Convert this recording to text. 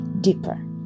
deeper